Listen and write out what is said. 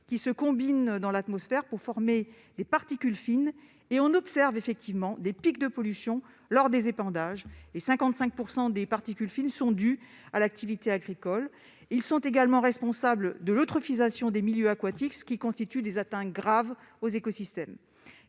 qui se combinent dans l'atmosphère pour former des particules fines. On observe effectivement des pics de pollution lors des épandages, et 55 % des particules fines sont dues à l'activité agricole. Les composés sont également responsables de l'eutrophisation des milieux aquatiques. Ce sont là des atteintes graves aux écosystèmes.